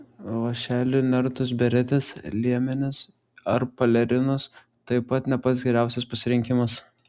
vąšeliu nertos beretės liemenės ar pelerinos taip pat ne pats geriausias pasirinkimas